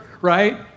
right